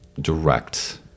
direct